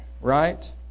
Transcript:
right